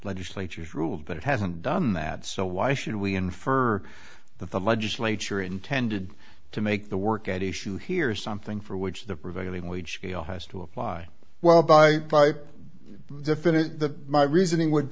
legislature's rules but it hasn't done that so why should we infer that the legislature intended to make the work at issue here something for which the prevailing wage scale has to apply well by definit the my reasoning would